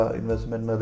investment